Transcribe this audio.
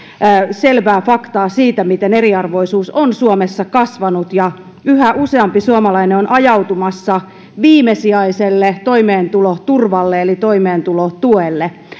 selvää faktaa siitä miten eriarvoisuus on suomessa kasvanut ja yhä useampi suomalainen on ajautumassa viimesijaiselle toimeentuloturvalle eli toimeentulotuelle